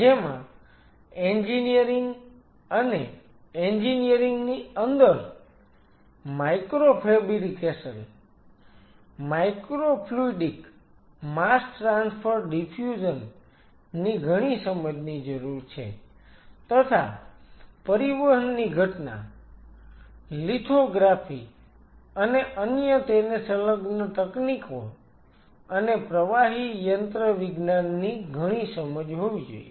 જેમાં એન્જિનિયરિંગ અને એન્જિનિયરિંગ ની અંદર micro fabrication microfluidic mass transfer diffusion ની ઘણી સમજની જરૂર છે તથા પરિવહનની ઘટના લિથોગ્રાફી અને અન્ય તેને સંલગ્ન તકનીકો અને પ્રવાહી યંત્રવિજ્ઞાનની ઘણી સમજ હોવી જોઈએ